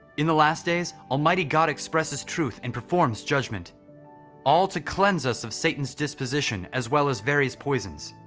in the last days, almighty god expresses truth and performs judgment all to cleanse us of satan's disposition as well as various poisons.